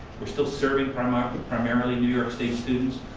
we're still serving primarily primarily new york state students,